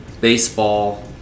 baseball